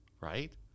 right